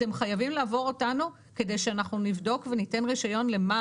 אתם חייבים לעבור אותנו כדי שאנחנו נבדוק וניתן רישיון למה